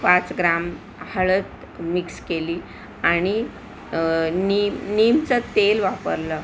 पाच ग्राम हळद मिक्स केली आणि नीम नीमचं तेल वापरलं